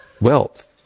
wealth